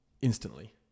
instantly